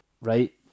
Right